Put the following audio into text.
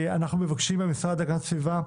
אנחנו מבקשים מהמשרד להגנת הסביבה